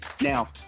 Now